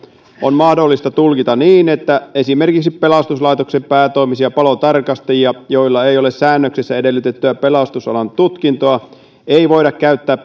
on mahdollista tulkita niin että esimerkiksi pelastuslaitoksen päätoimisia palotarkastajia joilla ei ole säännöksissä edellytettyä pelastusalan tutkintoa ei voida käyttää